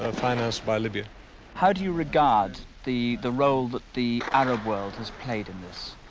um financed by libya how do you regard the the role that the arab world has played and this?